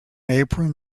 apron